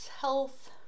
health